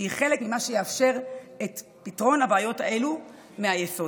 שהיא חלק ממה שיאפשר את פתרון הבעיות האלה מהיסוד.